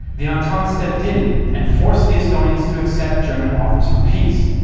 the entente stepped in and forced the estonians to accept german offers for peace,